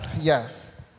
yes